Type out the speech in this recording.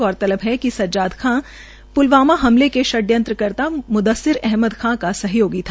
गौरतलब है कि सज्जाद खान प्लवामा हमले के षडयंत्रकर्ता म्ददिस्सर अहमद का सहयोगी था